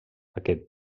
aquest